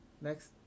Next